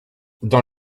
dans